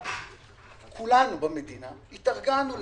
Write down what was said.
כולנו במדינה התארגנו לזה,